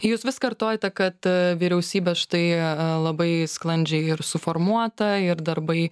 jūs vis kartojate kad vyriausybė štai labai sklandžiai ir suformuota ir darbai